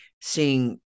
seeing